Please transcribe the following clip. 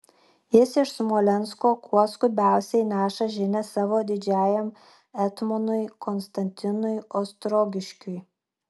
jis iš smolensko kuo skubiausiai neša žinią savo didžiajam etmonui konstantinui ostrogiškiui